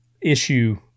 issue